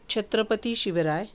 Chhatrapati Shivray